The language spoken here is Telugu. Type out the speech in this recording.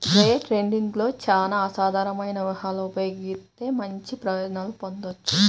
డే ట్రేడింగ్లో చానా అసాధారణమైన వ్యూహాలను ఉపయోగిత్తే మంచి ప్రయోజనాలను పొందొచ్చు